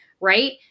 Right